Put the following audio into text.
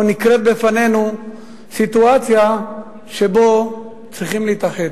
או נקרית בפנינו סיטואציה שבה צריכים להתאחד,